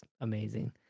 amazing